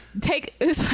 take